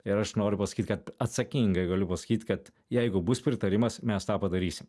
ir aš noriu pasakyt kad atsakingai galiu pasakyt kad jeigu bus pritarimas mes tą padarysim